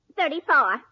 Thirty-four